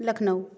Lucknow